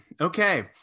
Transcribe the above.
Okay